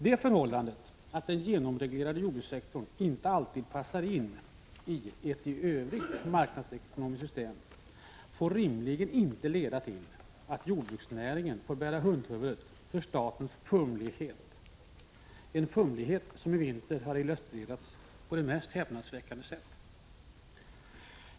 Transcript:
Det förhållandet att den genomreglerade jordbrukssektorn inte alltid passar in i ett i övrigt marknadsekonomiskt system får rimligen inte leda till att jordbruksnäringen får bära hundhuvudet för statens fumlighet, en fumlighet som i vinter har illustrerats på det mest häpnadsväckande sätt.